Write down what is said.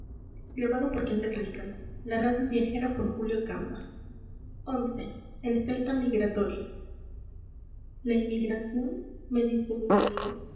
el celta migratorio la emigración me dice un amigo